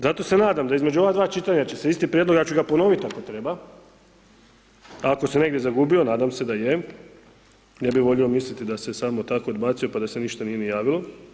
Zato se nadam da između ova dva čitanja će se isti prijedlog, ja ću ga ponovit ako treba, ako se negdje zagubio, nadam se da je, ne bi volio misliti da se samo tako odbacio pa da se ništa nije ni javilo.